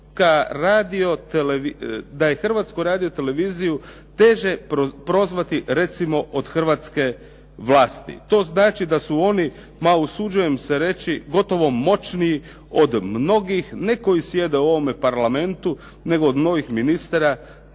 Da je Hrvatsku radio-televiziju teže prozvati recimo od hrvatske vlasti. To znači da su oni ma usuđujem se reći gotovo moćniji od mnogih ne koji sjede u ovome parlamentu nego od mnogih ministara